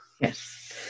Yes